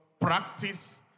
practice